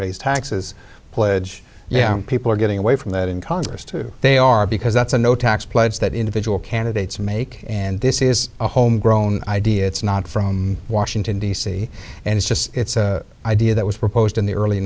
raise taxes pledge yeah people are getting away from that in congress too they are because that's a no tax pledge that individual candidates make and this is a homegrown idea it's not from washington d c and it's just idea that was proposed in the early